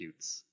cutes